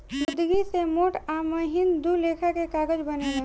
लुगदी से मोट आ महीन दू लेखा के कागज बनेला